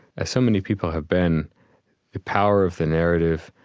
as so many people have been the power of the narrative,